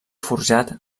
forjat